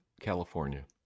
California